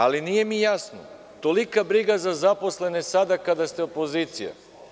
Ali, nije mi jasno, tolika briga za zaposlene sada kada ste opozicija.